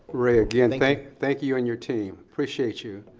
ray, again, thank thank you you and your team. appreciate you.